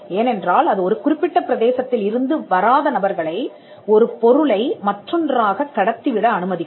ஏனென்றால் அது ஒரு குறிப்பிட்ட பிரதேசத்தில் இருந்து வராத நபர்களை ஒரு பொருளை மற்றொன்றாகக் கடத்திவிட அனுமதிக்கும்